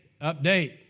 update